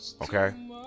Okay